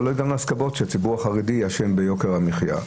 אבל לא הגענו להסכמות שהציבור החרדי אשם ביוקר המחייה,